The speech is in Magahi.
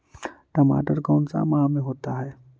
टमाटर कौन सा माह में होता है?